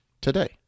today